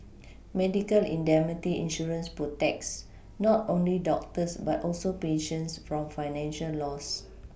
medical indemnity insurance protects not only doctors but also patients from financial loss